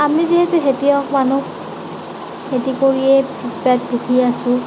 আমি যিহেতু খেতিয়ক মানুহ খেতি কৰিয়েই পেট পুহি আছোঁ